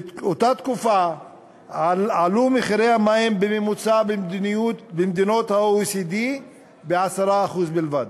באותה תקופה עלו מחירי המים בממוצע במדינות ה-OECD ב-10% בלבד.